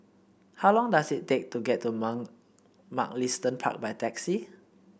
how long does it take to get to Mum Mugliston Park by taxi